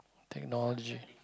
technology